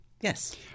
Yes